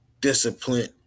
discipline